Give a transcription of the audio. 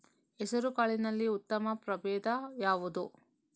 ಹೆಸರುಕಾಳಿನಲ್ಲಿ ಉತ್ತಮ ಪ್ರಭೇಧ ಯಾವುದು?